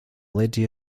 lydia